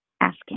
asking